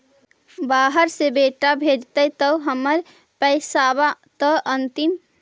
बाहर से बेटा भेजतय त हमर पैसाबा त अंतिम?